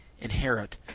inherit